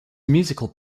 musical